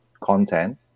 content